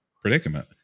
predicament